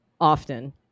often